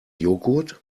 joghurt